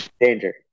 danger